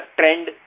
trend